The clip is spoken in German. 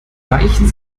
weichen